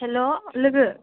हेल' लोगो